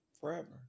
forever